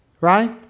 right